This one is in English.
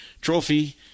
trophy